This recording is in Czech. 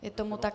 Je tomu tak.